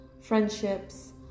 friendships